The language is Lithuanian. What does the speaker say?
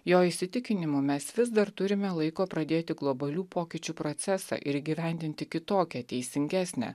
jo įsitikinimu mes vis dar turime laiko pradėti globalių pokyčių procesą ir įgyvendinti kitokią teisingesnę